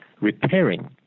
repairing